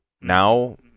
now